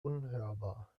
unhörbar